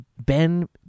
Ben